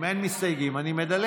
אם אין מסתייגים אני מדלג.